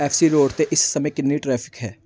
F C road 'ਤੇ ਇਸ ਸਮੇਂ ਕਿੰਨੀ ਟ੍ਰੈਫਿਕ ਹੈ